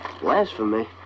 Blasphemy